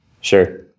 Sure